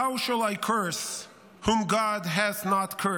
How shall I curse, whom God hath not cursed.